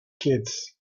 kids